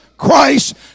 Christ